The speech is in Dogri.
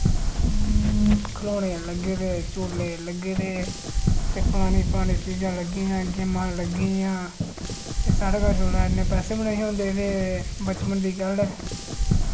खलौने लग्गे दे झूले लग्गे दे ते फलानी फलानी चीजां लग्गी दियां गेमां लग्गियां ए साढ़े कश ओल्लै इन्ने पैसे बी नेहे होंदे ते बचपन दी गल्ल ऐ